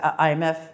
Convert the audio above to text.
IMF